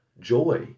joy